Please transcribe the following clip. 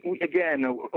again